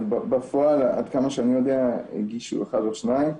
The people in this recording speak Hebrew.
אבל בפועל, עד כמה שאני יודע, הגישו אחת או שתיים.